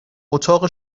اتاق